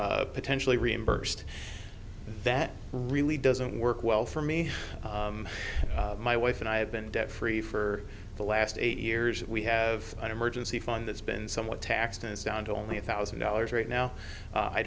potentially reimbursed that really doesn't work well for me my wife and i have been debt free for the last eight years we have an emergency fund that's been somewhat taxed is down to only a thousand dollars right now